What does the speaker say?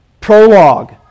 prologue